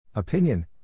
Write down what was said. Opinion